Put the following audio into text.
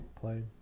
played